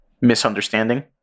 misunderstanding